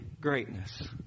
greatness